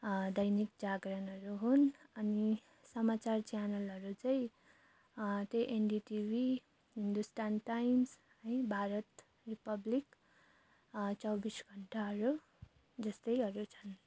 दैनिक जागरणहरू हुन् अनि समाचार च्यानलहरू चाहिँ त्यही एनडी टिभी हिन्दुस्तान टाइम्स है भारत रिपब्लिक चौबिस घण्टाहरू जस्तैहरू छन्